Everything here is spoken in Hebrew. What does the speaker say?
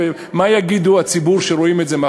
ומה יגיד הציבור שרואה את זה?